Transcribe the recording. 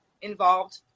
involved